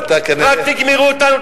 רק תגמרו אותנו,